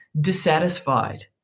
dissatisfied